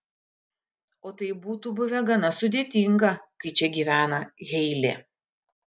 o tai būtų buvę gana sudėtinga kai čia gyvena heilė